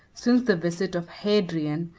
since the visit of hadrian,